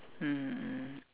mmhmm